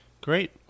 Great